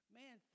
man